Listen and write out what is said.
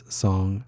song